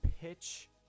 pitch